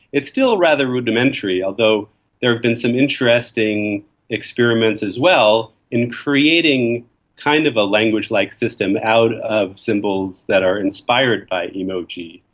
it's still rather rudimentary, although there have been some interesting experiments as well in creating kind of a language-like system out of symbols that are inspired by emoji.